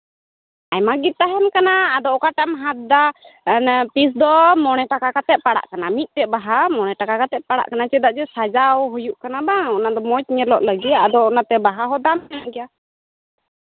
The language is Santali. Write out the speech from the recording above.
ᱟᱭᱢᱟ ᱜᱮ ᱛᱟᱦᱮᱱ ᱠᱟᱱᱟ ᱟᱫᱚ ᱚᱠᱟᱴᱟᱜ ᱮᱢ ᱦᱟᱛᱫᱟ ᱟᱨ ᱯᱤᱥ ᱫᱚ ᱢᱚᱬᱮ ᱴᱟᱠᱟ ᱠᱟᱛᱮᱜ ᱯᱟᱲᱟᱜ ᱠᱟᱱᱟ ᱢᱤᱫᱴᱮᱡ ᱵᱟᱦᱟ ᱢᱚᱬᱮ ᱴᱟᱠᱟ ᱠᱟᱛᱮᱜ ᱯᱟᱲᱟᱜ ᱠᱟᱱᱟ ᱪᱮᱫᱟᱜ ᱡᱮ ᱥᱟᱡᱟᱣ ᱦᱩᱭᱩᱜ ᱠᱟᱱᱟ ᱵᱟᱝ ᱚᱱᱟᱫᱚ ᱢᱚᱡᱽ ᱧᱮᱞᱚᱜ ᱞᱟᱹᱜᱤᱫ ᱟᱫᱚ ᱚᱱᱟᱛᱮ ᱵᱟᱦᱟ ᱦᱚᱸ ᱫᱟᱢ ᱧᱚᱜ ᱜᱮᱭᱟ